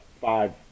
five